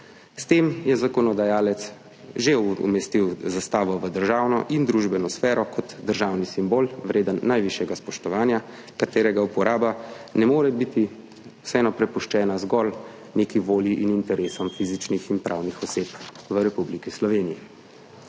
S tem je zakonodajalec že umestil zastavo v državno in družbeno sfero kot državni simbol, vreden najvišjega spoštovanja, katerega uporaba vseeno ne more biti prepuščena zgolj neki volji in interesom fizičnih in pravnih oseb v Republiki Sloveniji.